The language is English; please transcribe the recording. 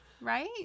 right